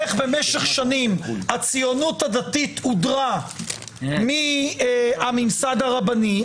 איך במשך שנים הציונות הדתית הודרה מהממסד הרבני,